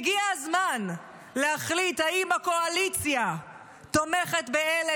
הגיע הזמן להחליט אם הקואליציה תומכת באלה